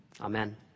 Amen